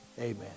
Amen